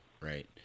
right